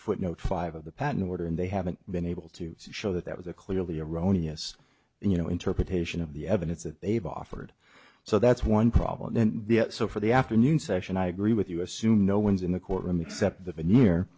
footnote five of the patent order and they haven't been able to show that that was a clearly erroneous and you know interpretation of the evidence that they've offered so that's one problem then so for the afternoon session i agree with you assume no one's in the courtroom except